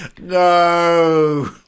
No